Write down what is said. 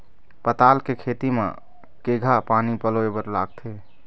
पताल के खेती म केघा पानी पलोए बर लागथे?